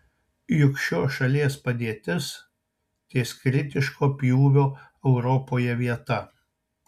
juk šios šalies padėtis ties kritiško pjūvio europoje vieta